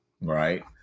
right